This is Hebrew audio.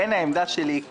ולכן מה העמדה שלך?